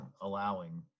allowing